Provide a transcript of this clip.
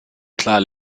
klar